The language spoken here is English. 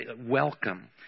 welcome